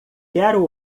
quero